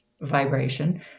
vibration